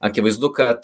akivaizdu kad